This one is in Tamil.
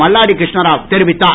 மல்லாடி கிருஷ்ணராவ் தெரிவித்தார்